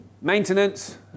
maintenance